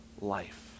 life